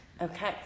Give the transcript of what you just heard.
Okay